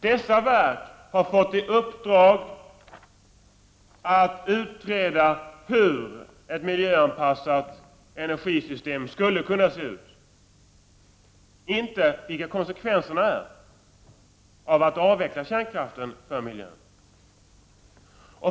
Dessa verk har fått i uppdrag att utreda hur ett miljöanpassat energisystem skulle kunna se ut, inte vilka konsekvenserna blir för miljön av att avveckla kärnkraften.